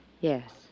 Yes